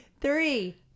three